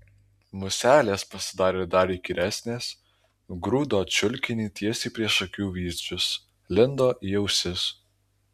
muselės pasidarė dar įkyresnės grūdo čiulkinį tiesiai prieš akių vyzdžius lindo į ausis